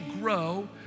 grow